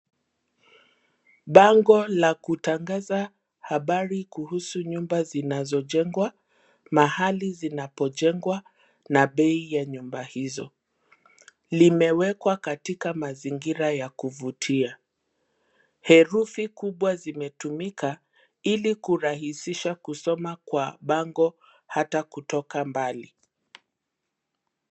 Bango la kutangaza habari kuhusu nyumba zinazojengwa, mahali zinapojengwa na bei ya nyumba hizo. Limewekwa katika mazingira ya kuvutia. Herufi kubwa zimetumika, ili kurahisisha kusoma kwa bango hata kutoka mbali,